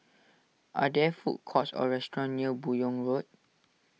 are there food courts or restaurants near Buyong Road